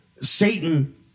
Satan